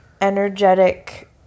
energetic